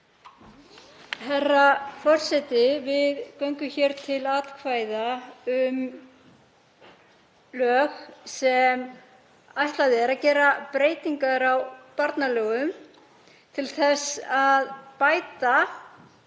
Herra forseti. Við göngum hér til atkvæða um lög sem ætlað er að gera breytingar á barnalögum til þess að bæta